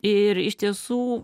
ir iš tiesų